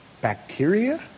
Bacteria